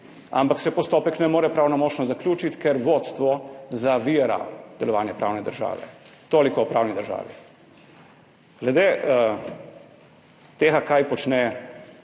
ampak se postopek ne more pravnomočno zaključiti, ker vodstvo zavira delovanje pravne države. Toliko o pravni državi. Glede tega, kaj počne